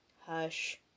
Hush